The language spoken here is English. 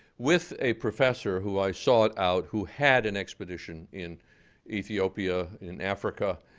with a professor who i sought out who had an expedition in ethiopia, in africa.